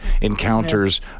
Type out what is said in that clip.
encounters